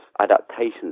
adaptations